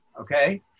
Okay